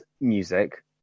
music